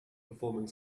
performing